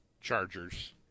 Chargers